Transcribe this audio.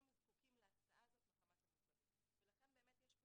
הם זקוקים להסעה הזאת מחמת המוגבלות ולכן באמת יש פה